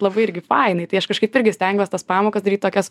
labai irgi fainai tai aš kažkaip irgi stengiuos tas pamokas daryt tokias